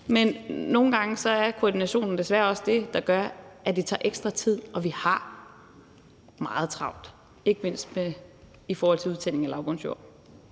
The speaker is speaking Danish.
Men nogle gange er koordinationen desværre også det, der gør, at det tager ekstra tid, og vi har meget travlt, ikke mindst i forhold til udtagning af lavbundsjord.